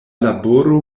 laboro